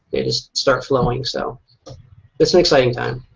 they just start flowing. so it's an exciting time.